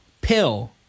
pill